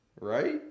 Right